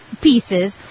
pieces